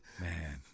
man